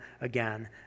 again